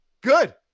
good